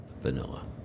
Vanilla